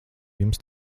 jums